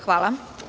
hvala.